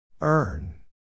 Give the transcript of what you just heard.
Earn